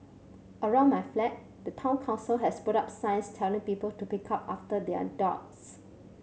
around my flat the Town Council has put up signs telling people to pick up after their dogs